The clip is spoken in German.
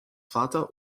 vater